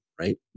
right